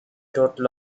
total